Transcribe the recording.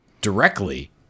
directly